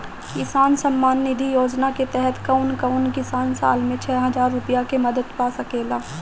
किसान सम्मान निधि योजना के तहत कउन कउन किसान साल में छह हजार रूपया के मदद पा सकेला?